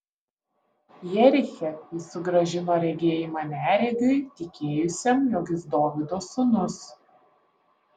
jeriche jis sugrąžino regėjimą neregiui tikėjusiam jog jis dovydo sūnus